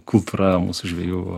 kultūra mūsų žvejų